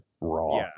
raw